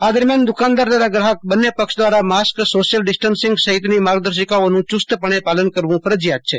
આ દરી મયાન દુકાનદાર તથા ગાહક બન્ને પક્ષ દવારા માસ્ક સોશિયલ ડીસ્ટસિંગ સહિતની માર્ગદર્શીકાનું ચુસ્ત પણે પાલન કરવું ફરજીયાત છે